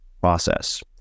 process